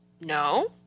No